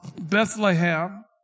Bethlehem